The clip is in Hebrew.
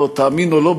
תאמין או לא,